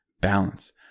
balance